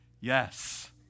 Yes